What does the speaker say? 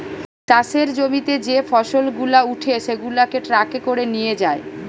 চাষের জমিতে যে ফসল গুলা উঠে সেগুলাকে ট্রাকে করে নিয়ে যায়